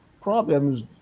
problems